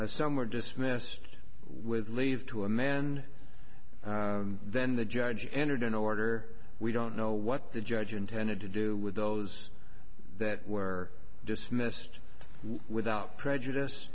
were dismissed with leave to a man then the judge entered an order we don't know what the judge intended to do with those that were dismissed without prejudice